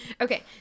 Okay